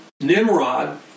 Nimrod